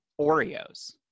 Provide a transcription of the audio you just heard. Oreos